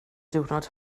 diwrnod